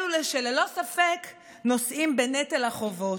אלו שללא ספק נושאים בנטל החובות.